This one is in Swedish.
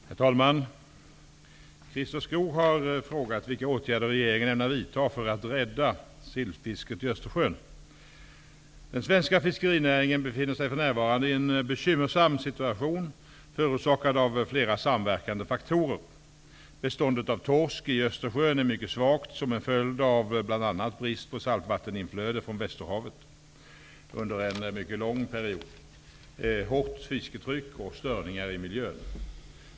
Herr talman! Christer Skoog har frågat vilka åtgärder regeringen ämnar vidta för att rädda sillfisket i Östersjön. Den svenska fiskerinäringen befinner sig för närvarande i en bekymmersam situation förorsakad av flera samverkande faktorer. Beståndet av torsk i Östersjön är mycket svagt som en följd av bl.a. brist på saltvatteninflöde från Västerhavet under en mycket lång period, hårt fisketryck och störningar i miljön.